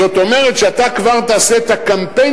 זאת אומרת שאתה כבר תעשה את הקמפיין